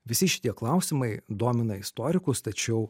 visi šitie klausimai domina istorikus tačiau